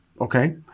okay